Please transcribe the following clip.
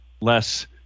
less